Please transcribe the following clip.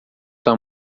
sua